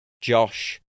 Josh